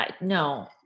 No